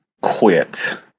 quit